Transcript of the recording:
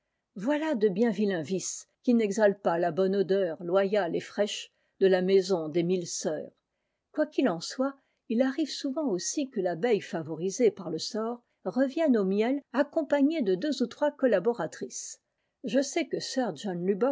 voilà de bien vilains vices qui n'exhalent pas la bonne odeur loyale et fraîche de la maison des mille sœurs quoi qu'il en soit il arrive souvent aussi que l'abeille favorisée par le sort revienne au miel accompagnée de deux ou trois collaboratrices je sais que sir john